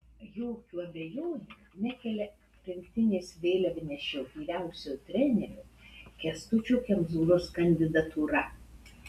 jokių abejonių nekelia rinktinės vėliavnešio vyriausiojo trenerio kęstučio kemzūros kandidatūra